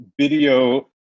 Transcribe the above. video